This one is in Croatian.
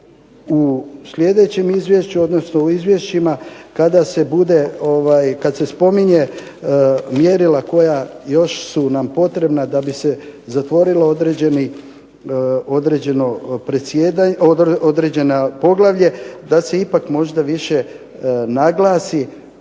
odnosno u izvješćima kad se spominju mjerila koja još su nam potrebna da bi se zatvorilo određeno poglavlje, da se ipak možda više naglasi